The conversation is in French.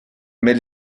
mais